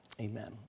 Amen